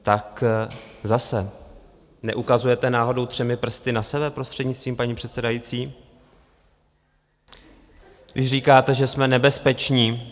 Tak zase, neukazujete náhodou třemi prsty na sebe, prostřednictvím paní předsedající, když říkáte, že jsme nebezpeční?